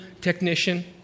technician